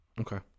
Okay